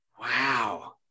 Wow